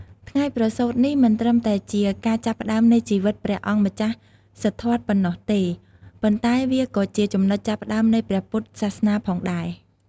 ថ្ងៃប្រសូតនេះមិនត្រឹមតែជាការចាប់ផ្ដើមនៃជីវិតព្រះអង្គម្ចាស់សិទ្ធត្ថប៉ុណ្ណោះទេ ប៉ុន្តែវាក៏ជាចំណុចចាប់ផ្ដើមនៃព្រះពុទ្ធសាសនាផងដែរ។